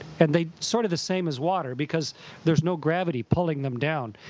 and they sort of the same as water because there's no gravity pulling them down.